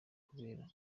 kubera